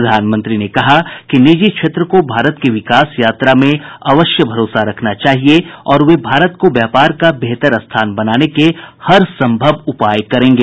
प्रधानमंत्री ने कहा कि निजी क्षेत्र को भारत के विकास यात्रा में अवश्य भरोसा रखना चाहिए और वे भारत को व्यापार का बेहतर स्थान बनाने के हरसंभव उपाय करेंगे